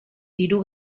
diru